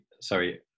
sorry